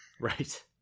Right